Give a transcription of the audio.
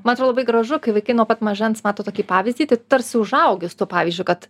man atro labai gražu kai vaikai nuo pat mažens mato tokį pavyzdį tai tarsi užaugi su tuo pavyzdžiu kad